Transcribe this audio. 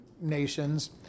nations